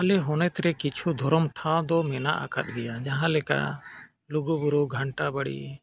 ᱟᱞᱮ ᱦᱚᱱᱚᱛ ᱨᱮ ᱠᱤᱪᱷᱩ ᱫᱷᱚᱨᱚᱢ ᱴᱷᱟᱶ ᱫᱚ ᱢᱮᱱᱟᱜ ᱟᱠᱟᱫ ᱜᱮᱭᱟ ᱡᱟᱦᱟᱸ ᱞᱮᱠᱟ ᱞᱩᱜᱩᱵᱩᱨᱩ ᱜᱷᱟᱱᱴᱟ ᱵᱟᱲᱮ